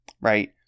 right